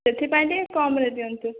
ସେଥିପାଇଁ ଟିକେ କମ୍ରେ ଦିଅନ୍ତୁ